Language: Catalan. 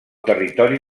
territori